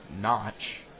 Notch